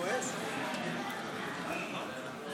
כבר אמר את זה הבוס שלך,